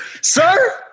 sir